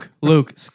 Luke